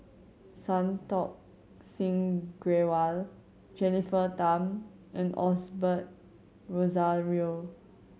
Santokh Singh Grewal Jennifer Tham and Osbert Rozario